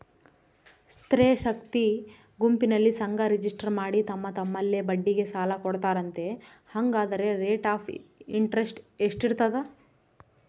ಸ್ತ್ರೇ ಶಕ್ತಿ ಗುಂಪಿನಲ್ಲಿ ಸಂಘ ರಿಜಿಸ್ಟರ್ ಮಾಡಿ ತಮ್ಮ ತಮ್ಮಲ್ಲೇ ಬಡ್ಡಿಗೆ ಸಾಲ ಕೊಡ್ತಾರಂತೆ, ಹಂಗಾದರೆ ರೇಟ್ ಆಫ್ ಇಂಟರೆಸ್ಟ್ ಎಷ್ಟಿರ್ತದ?